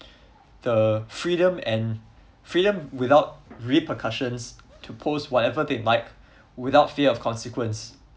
the freedom and freedom without repercussions to post whatever they like without fear of consequence